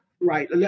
Right